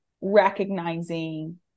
recognizing